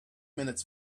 minutes